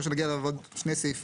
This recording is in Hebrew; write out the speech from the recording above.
זה ההקשר שנגיע אליו עוד שני סעיפים,